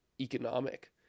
economic